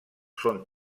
són